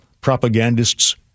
Propagandists